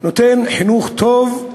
נותן חינוך טוב,